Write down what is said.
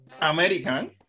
American